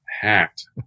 hacked